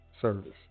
Service